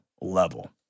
level